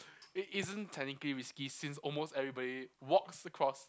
it isn't technically risky since almost everybody walks across